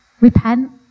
repent